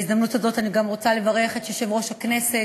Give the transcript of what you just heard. בהזדמנות הזאת אני גם רוצה לברך את יושב-ראש הכנסת,